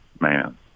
man